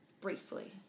briefly